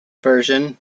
version